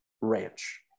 ranch